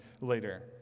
later